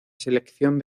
selección